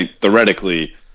theoretically